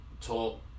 talk